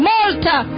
Malta